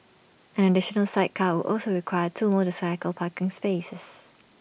an additional sidecar would also require two motorcycle parking spaces